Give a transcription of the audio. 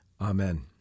Amen